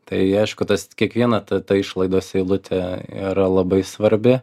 tai aišku tas kiekviena ta ta išlaidos eilutė yra labai svarbi